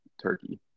turkey